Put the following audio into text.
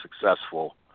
successful